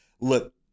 Look